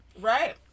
Right